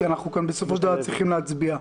כי אנחנו כאן בסופו של דבר צריכים להצביע,